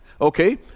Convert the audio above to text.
okay